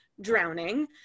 drowning